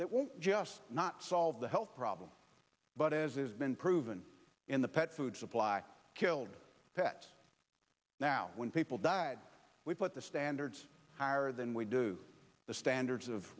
that will just not solve the health problem but as has been proven in the pet food supply killed pets now when people died we put the standards higher than we do the standards of